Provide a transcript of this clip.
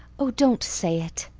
oh, don't say it,